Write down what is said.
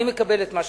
אני מקבל את מה שאמרת,